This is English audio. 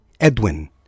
Edwin